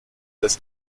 des